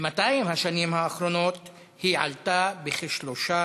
ב-200 השנים האחרונות היא עלתה בכשלושה